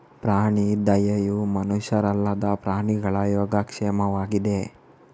ಪ್ರಾಣಿ ದಯೆಯು ಮನುಷ್ಯರಲ್ಲದ ಪ್ರಾಣಿಗಳ ಯೋಗಕ್ಷೇಮವಾಗಿದೆ